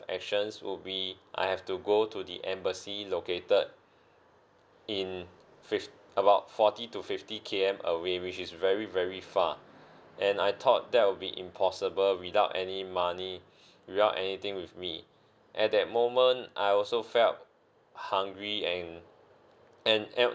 actions will be I have to go to the embassy located in fif~ about forty to fifty K_M away which is very very far and I thought that will be impossible without any money without anything with me at that moment I also felt hungry and and and